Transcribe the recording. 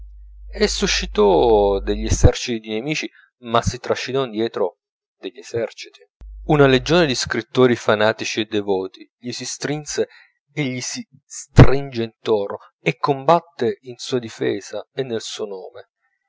e suscitò degli eserciti di nemici ma si trascinò dietro degli eserciti una legione di scrittori fanatici e devoti gli si strinse e gli si stringe intorno e combatte in sua difesa e nel suo nome